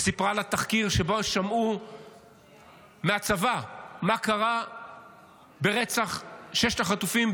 וסיפרה על התחקיר שבו הם שמעו מהצבא מה קרה ברצח ששת החטופים,